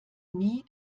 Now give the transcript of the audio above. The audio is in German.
nie